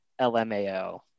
LMAO